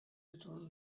return